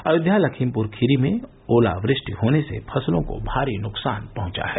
अयोध्या लखीमपुर खीरी में ओलावृष्टि होने से फसलों को भारी नुकसान पहुंचा है